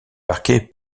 marquée